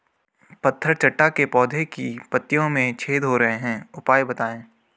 पत्थर चट्टा के पौधें की पत्तियों में छेद हो रहे हैं उपाय बताएं?